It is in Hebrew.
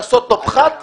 לעשות לו פחת,